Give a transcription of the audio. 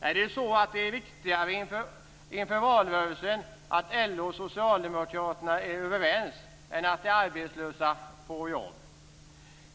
Är det inför valrörelsen viktigare att LO och Socialdemokraterna är överens än att de arbetslösa får jobb?